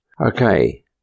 Okay